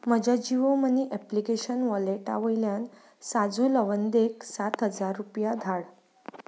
म्हज्या Jio money application वॉलेटा वयल्यान साजू लवंदेक सात हजार रुपया धाड